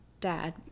dad